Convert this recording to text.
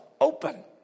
open